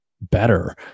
better